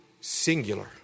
singular